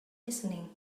listening